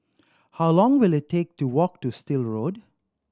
how long will it take to walk to Still Road